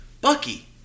Bucky